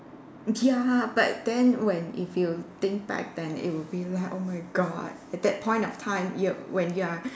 ya but then when if you think back then it would be like oh my god at that point of time you when you are